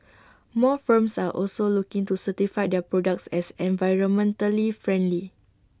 more firms are also looking to certify their products as environmentally friendly